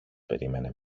περίμενε